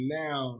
now